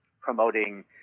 promoting